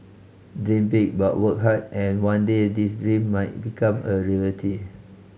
dream big but work hard and one day these dream might become a reality